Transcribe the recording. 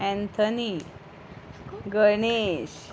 Anthony Ganesh